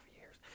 years